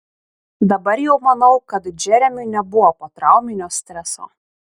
dabar jau manau kad džeremiui nebuvo potrauminio streso